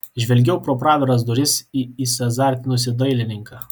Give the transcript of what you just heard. žvelgiau pro praviras duris į įsiazartinusį dailininką